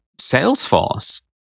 Salesforce